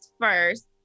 first